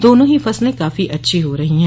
दोनों ही फसलें काफी अच्छी हो रही हैं